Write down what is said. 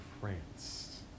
France